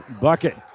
bucket